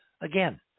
Again